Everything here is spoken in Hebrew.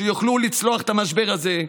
שיוכלו לצלוח את המשבר הזה,